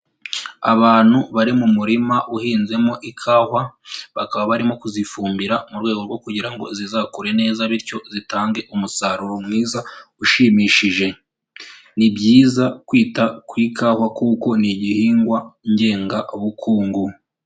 Abantu bari mu murima uhinzemo ikawa, bakaba barimo kuzifumbira mu rwego rwo kugira ngo zizakure neza bityo zitange umusaruro mwiza ushimishije. Ni byiza kwita ku ikawa kuko ni igihingwa ngengabukungu.